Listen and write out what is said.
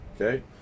Okay